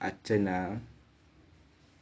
archanaa